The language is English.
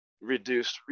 reduce